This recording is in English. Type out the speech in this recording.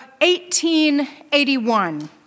1881